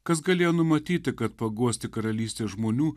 kas galėjo numatyti kad paguosti karalystės žmonių